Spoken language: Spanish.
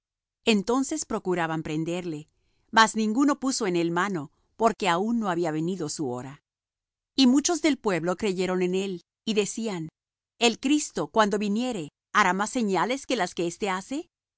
entonces procuraban prenderle mas ninguno puso en él mano porque aun no había venido su hora y muchos del pueblo creyeron en él y decían el cristo cuando viniere hará más señales que las que éste hace